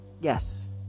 yes